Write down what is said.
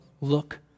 look